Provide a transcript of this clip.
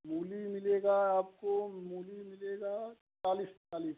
मूली मिलेगा आपको मूली मिलेगा चालीस ईकतालीस